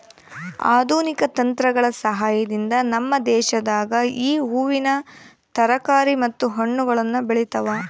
ಆಧುನಿಕ ತಂತ್ರಗಳ ಸಹಾಯದಿಂದ ನಮ್ಮ ದೇಶದಾಗ ಈ ಹೂವಿನ ತರಕಾರಿ ಮತ್ತು ಹಣ್ಣನ್ನು ಬೆಳೆತವ